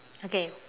okay